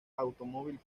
automóvil